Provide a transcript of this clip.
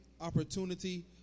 opportunity